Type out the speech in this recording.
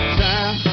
time